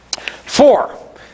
Four